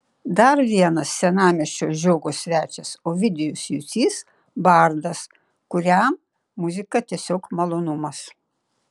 dar vienas senamiesčio žiogo svečias ovidijus jucys bardas kuriam muzika tiesiog malonumas